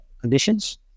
conditions